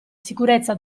sicurezza